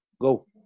go